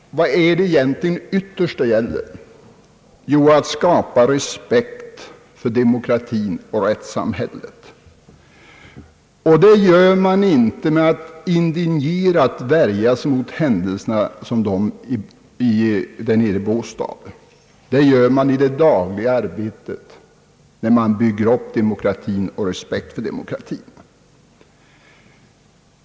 Vad är det egentligen det ytterst gäller? Jo, att skapa respekt för demokratin och rättssamhället. Det gör man inte genom att indignerat värja sig mot händelser som de i Båstad. Det gör man i det dagliga arbetet när man bygger upp demokratin och respekten för denna.